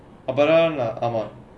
அப்பே தன ஆமா:appe thana aamaa